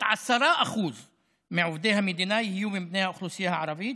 10% מעובדי המדינה יהיו מבני האוכלוסייה הערבית.